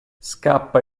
scappa